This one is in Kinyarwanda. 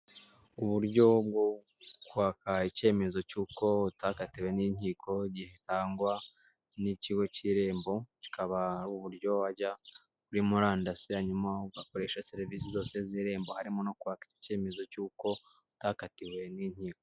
Uburyo bwo kwaka icyemezo cy'uko utakatiwe n'inkiko gitangwa n'ikigo cy'irembo. Kikaba ari uburyo wajya kuri murandasi hanyuma ugakoresha serivisi zose z'irembo harimo no kwaka iki icyemezo cy'uko utakatiwe n'inkiko.